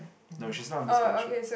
no she's not under scholarship